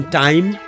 time